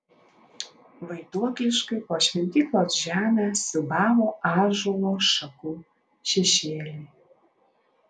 vaiduokliškai po šventyklos žemę siūbavo ąžuolo šakų šešėliai